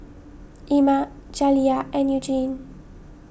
Ima Jaliyah and Eugene